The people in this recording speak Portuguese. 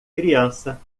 criança